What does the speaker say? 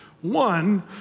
One